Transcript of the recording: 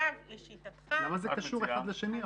למה זה קשור אחד לשני?